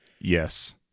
Yes